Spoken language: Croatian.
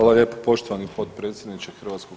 lijepo poštovani potpredsjedniče HS.